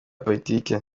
politiki